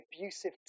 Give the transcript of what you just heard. abusive